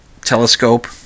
telescope